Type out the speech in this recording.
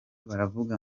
baravuga